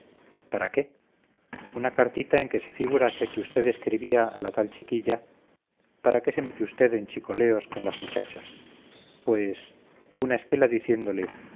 para qué una cartita en que se figurase que usted escribía a la tal chiquilla para qué se mete usted en chicoleos con las muchachas pues una esquela diciéndole